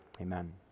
Amen